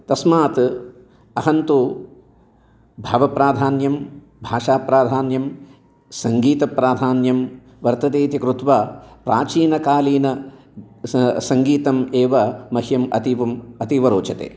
तस्मात् अहन्तु भावप्राधान्यं भाषाप्राधान्यं सङ्गीतप्राधान्यं वर्ततेति कृत्वा प्राचीनकालीनं स सङ्गीतम् एव मह्यम् अतीव अतीव रोचते